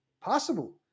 possible